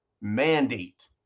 mandate